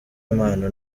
impano